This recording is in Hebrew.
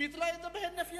וביטלה את זה בהינף יד,